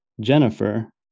Jennifer